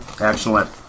Excellent